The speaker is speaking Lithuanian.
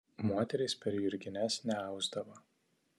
moterys per jurgines neausdavo